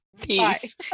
peace